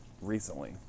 recently